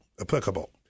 applicable